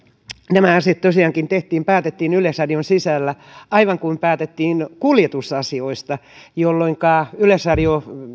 nämä asiat tosiaankin päätettiin yleisradion sisällä aivan kuten päätettiin kuljetusasioista jolloinka yleisradio